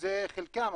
שזה חלקם,